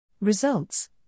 Results